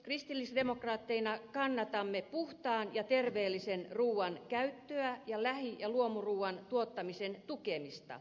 kristillisdemokraatteina kannatamme puhtaan ja terveellisen ruuan käyttöä ja lähi ja luomuruuan tuottamisen tukemista